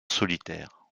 solitaire